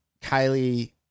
Kylie